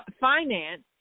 finance